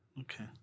Okay